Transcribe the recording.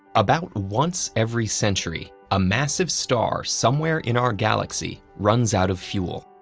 about once every century, a massive star somewhere in our galaxy runs out of fuel.